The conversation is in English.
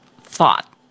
thought